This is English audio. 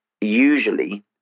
usually